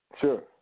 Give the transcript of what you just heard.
Sure